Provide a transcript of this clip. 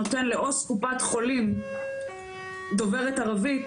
שנותן לעו״ס קופת חולים דוברת ערבית,